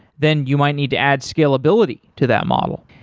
then you might need to add scalability to that model.